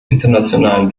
internationalen